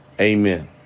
Amen